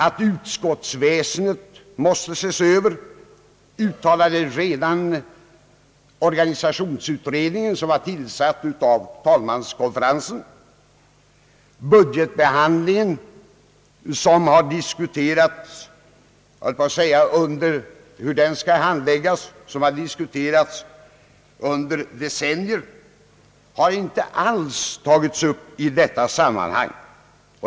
Att utskottsväsendet måste ses över uttalade redan organisationsutredningen, som var tillsatt av talmanskonferensen. Frågan om hur budgetbehandlingen skall ske — något som diskuterats under december — har inte alls tagits upp i detta sammanhang.